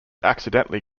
accidentally